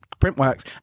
Printworks